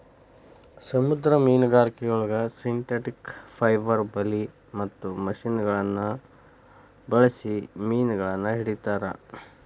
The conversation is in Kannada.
ಸಮುದ್ರ ಮೇನುಗಾರಿಕೆಯೊಳಗ ಸಿಂಥೆಟಿಕ್ ಪೈಬರ್ ಬಲಿ ಮತ್ತ ಮಷಿನಗಳನ್ನ ಬಳ್ಸಿ ಮೇನಗಳನ್ನ ಹಿಡೇತಾರ